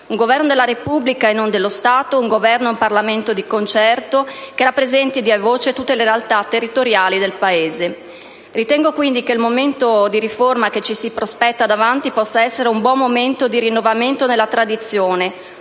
Un Governo della Repubblica e non dello Stato; un Governo e un Parlamento di concerto, che rappresenti e dia voce a tutte le realtà territoriali del Paese. Ritengo quindi che il momento di riforma che ci si prospetta davanti possa essere un buon momento di «rinnovamento nella tradizione»,